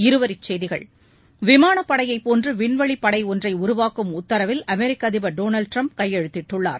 இருவரி செய்திகள் விமானப்படையை போன்று விண்வெளி படை ஒன்றை உருவாக்கும் உத்தரவில் அமெரிக்க அதிபா டொனால்ட் ட்ரம்ப் கையெழுத்திட்டுள்ளார்